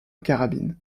carabines